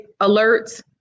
alerts